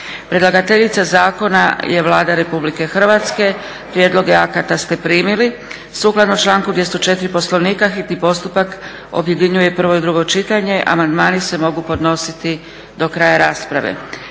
Predlagateljica zakona je Vlada Republike Hrvatske. Prijedloge akata ste primili. Sukladno članku 204. Poslovnika hitni postupak objedinjuje prvo i drugo čitanje. Amandmani se mogu podnositi do kraja rasprave.